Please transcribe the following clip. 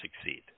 succeed